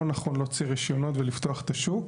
נכון להוציא רישיונות ולפתוח את השוק.